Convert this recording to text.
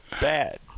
bad